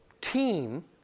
team